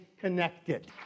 connected